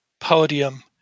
podium